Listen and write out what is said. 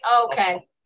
Okay